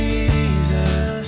Jesus